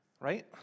Right